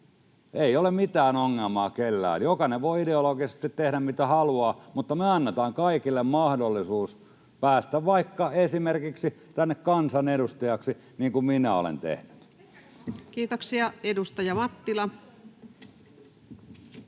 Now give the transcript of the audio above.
Ei ole mitään ongelmaa kellään, ja jokainen voi ideologisesti tehdä mitä haluaa, mutta me annetaan kaikille mahdollisuus päästä vaikka esimerkiksi tänne kansanedustajaksi, niin kuin minä olen tehnyt. [Speech 213]